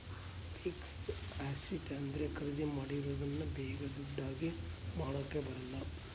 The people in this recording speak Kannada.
ಫಿಕ್ಸೆಡ್ ಅಸ್ಸೆಟ್ ಅಂದ್ರೆ ಖರೀದಿ ಮಾಡಿರೋದನ್ನ ಬೇಗ ದುಡ್ಡು ಆಗಿ ಮಾಡಾಕ ಬರಲ್ಲ